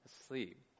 asleep